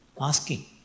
asking